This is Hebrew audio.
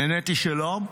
נעניתי: שלום,